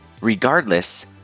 Regardless